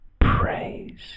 praise